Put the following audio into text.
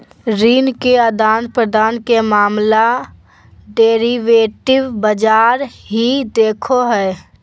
ऋण के आदान प्रदान के मामला डेरिवेटिव बाजार ही देखो हय